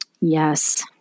Yes